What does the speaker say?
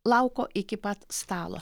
lauko iki pat stalo